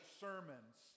sermons